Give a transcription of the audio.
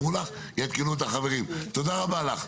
תודה רבה לך.